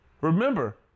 Remember